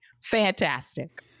Fantastic